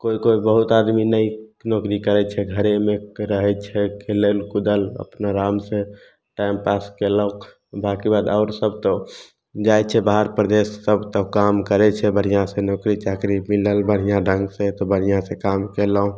कोइ कोइ बहुत आदमी नहि नौकरी करय छै घरेमे रहय छै खेलल कुदल अपन आरामसँ टाइम पास कयलक बाकी बाद आओर सब तऽ जाइ छै बाहर प्रदेश सब तब काम करय छै बढ़िआँसँ नौकरी चाकरी मिलल बढ़िआँ ढङ्गसँ तऽ बढ़िआँसँ काम कयलहुँ